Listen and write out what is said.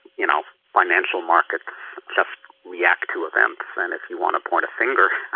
you know, financial markets just react to events, and if you want to point a finger,